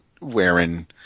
wearing